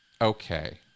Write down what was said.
Okay